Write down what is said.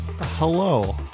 Hello